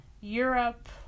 Europe